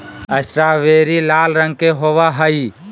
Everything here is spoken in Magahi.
स्ट्रावेरी लाल रंग के होव हई